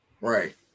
Right